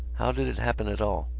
how did it happen at all?